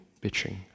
bitching